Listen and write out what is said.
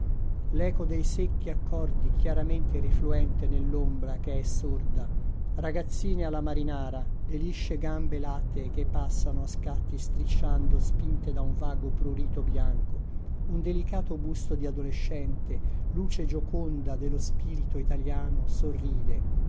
l'eco dei secchi accordi chiaramente rifluente nell'ombra che è sorda ragazzine alla marinara le lisce gambe lattee che passano a scatti strisciando spinte da un vago prurito bianco un delicato busto di adolescente luce gioconda dello spirito italiano sorride